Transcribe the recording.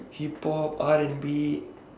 hip-hop R & B